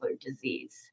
disease